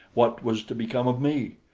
what was to become of me?